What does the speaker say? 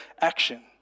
action